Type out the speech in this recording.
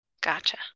Gotcha